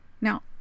Now